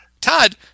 todd